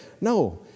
No